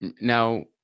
Now